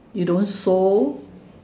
you don't sew